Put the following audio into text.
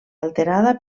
alterada